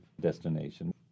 destination